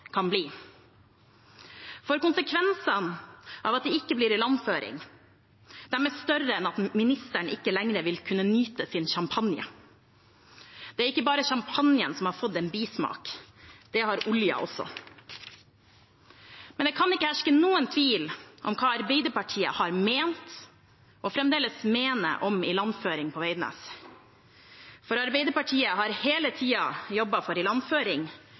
kan bli. For konsekvensene av at det ikke blir ilandføring, er større enn at ministeren ikke lenger vil kunne nyte sin champagne. Det er ikke bare champagnen som har fått en bismak, det har oljen også. Men det kan ikke herske noen tvil om hva Arbeiderpartiet har ment og fremdeles mener om ilandføring på Veidnes, for Arbeiderpartiet har hele tiden jobbet for ilandføring og lokale ringvirkninger, og vi vil stemme for det i